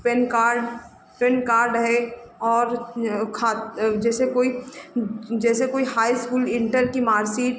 pan card PAN card है और खा जैसे कोई जैसे कोई हाई स्कूल इन्टर की मार्कशीट